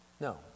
No